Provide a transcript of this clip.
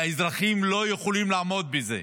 והאזרחים לא יכולים לעמוד בזה.